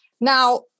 Now